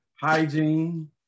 hygiene